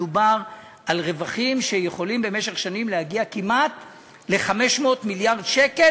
מדובר על רווחים שיכולים במשך שנים להגיע כמעט ל-500 מיליארד שקל,